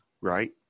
right